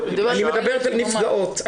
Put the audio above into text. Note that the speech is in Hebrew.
אני מדברת על נפגעות.